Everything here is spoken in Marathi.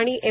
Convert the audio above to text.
आणि एम